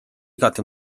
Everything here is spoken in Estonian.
igati